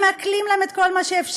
הם מעקלים להם את כל מה שאפשר,